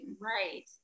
Right